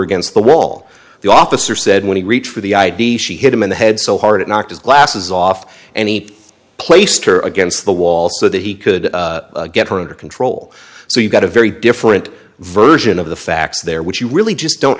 against the wall the officer said when he reached for the i d she hit him in the head so hard it knocked his glasses off any placed her against the wall so that he could get her under control so you've got a very different version of the facts there which you really just don't